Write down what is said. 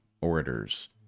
orators